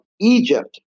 Egypt